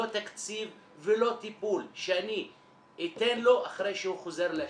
לא תקציב ולא טיפול שאני אתן לו אחרי שהוא חוזר לשטח.